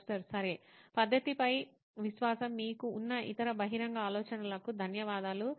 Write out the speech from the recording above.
professor సరే పద్ధతిపై విశ్వాసం మీకు ఉన్న ఇతర బహిరంగ ఆలోచనలకు ధన్యవాదాలు